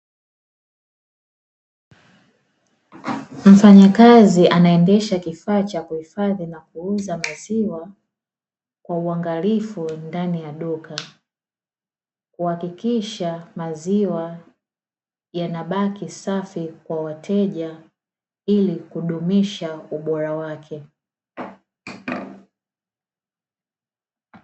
Mfanyakazi anaendesha kifaa cha kuhifadhi na kuuza maziwa kwa uangalifu ndani ya duka kuhakikisha maziwa yanabaki safi kwa wateja ili kudumisha ubora wake,